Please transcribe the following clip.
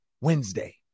Wednesday